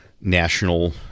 national